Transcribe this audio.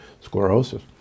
sclerosis